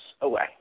away